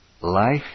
life